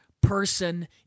person